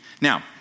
Now